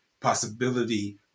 possibility